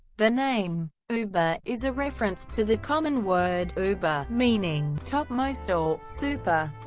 the name uber is a reference to the common word uber, meaning topmost or super,